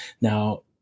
Now